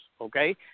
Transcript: okay